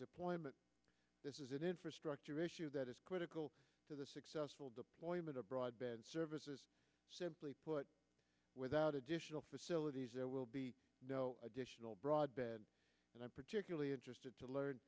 deployment this is an infrastructure issue that is critical to the successful deployment of broadband services simply put without additional facilities there will be no additional broadband and i'm particularly interested to learn